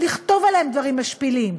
לכתוב עליהם דברים משפילים.